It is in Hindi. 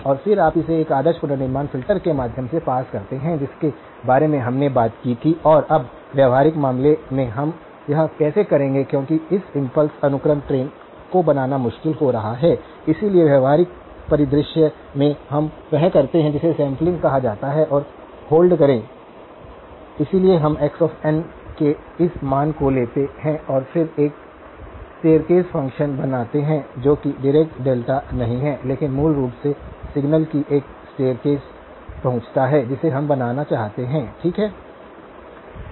और फिर आप इसे एक आदर्श पुनर्निर्माण फ़िल्टर के माध्यम से पास करते हैं जिसके बारे में हमने बात की थी और अब व्यावहारिक मामले में हम यह कैसे करेंगे क्योंकि इस इम्पल्स अनुक्रम ट्रेन को बनाना मुश्किल हो रहा है इसलिए व्यावहारिक परिदृश्य में हम वह करते हैं जिसे सैंपलिंग कहा जाता है और होल्ड करें इसलिए हम x n के इस मान को लेते हैं और फिर एक स्टेरकासे फ़ंक्शन बनाते हैं जो कि डीरेका डेल्टा नहीं है लेकिन मूल रूप से सिग्नल की एक स्टेरकासे पहुंचता है जिसे हम बनाना चाहते हैं ठीक है